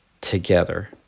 together